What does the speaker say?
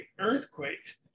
earthquakes